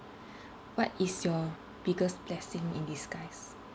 what is your biggest blessing in disguise